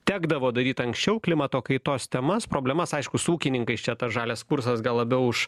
tekdavo daryt anksčiau klimato kaitos temas problemas aišku su ūkininkais čia tas žalias kursas gal labiau už